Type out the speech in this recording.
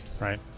Right